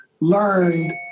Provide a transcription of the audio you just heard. learned